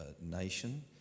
nation